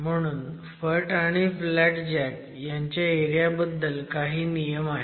म्हणून फट आणि फ्लॅट जॅक ह्यांच्या एरिया बद्दल काही नियम आहेत